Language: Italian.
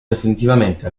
definitivamente